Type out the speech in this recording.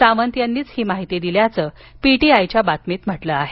सावंत यांनीच ही माहिती दिल्याचं पीटीआयच्या बातमीत म्हटलं आहे